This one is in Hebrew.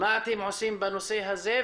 מה אתם עושים בנושא הזה?